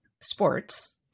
sports